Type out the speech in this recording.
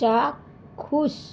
চাক্ষুষ